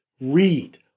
Read